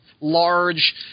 large